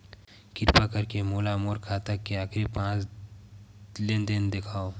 किरपा करके मोला मोर खाता के आखिरी पांच लेन देन देखाव